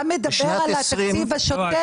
אתה מדבר על התקציב השוטף,